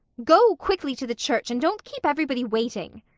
go quickly to the church and don't keep everybody waiting!